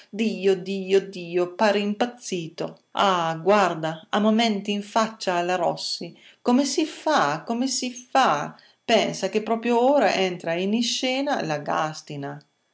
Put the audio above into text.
dio dio dio pare impazzito ah guarda a momenti in faccia alla rossi come si fa come si fa pensa che proprio ora entra in iscena la gàstina